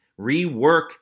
rework